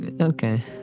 Okay